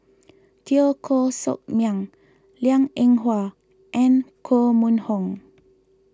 Teo Koh Sock Miang Liang Eng Hwa and Koh Mun Hong